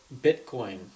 Bitcoin